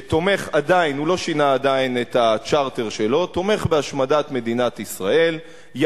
שלא שינה עדיין את הצ'רטר שלו ותומך בהשמדת מדינת ישראל,